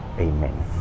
amen